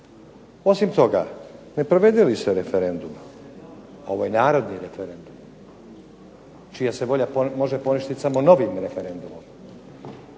Osim toga ne provede li se referendum ovaj narodni referendum čija se volja može poništiti samo novim referendumom,